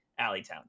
Alleytown